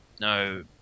no